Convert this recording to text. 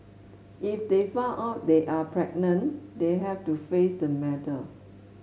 if they find out they are pregnant they have to face the matter